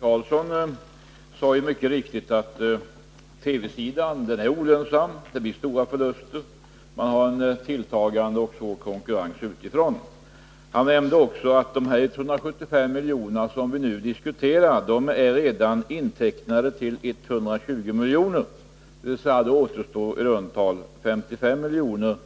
Fru talman! Torsten Karlsson sade mycket riktigt att TV-sidan är olönsam. Den ger stora förluster och möter svår och tilltagande konkurrens utifrån. Han nämnde också att de 175 milj.kr. som vi nu diskuterar redan är intecknade till 120 miljoner. Då återstår det i runt tal 55 miljoner,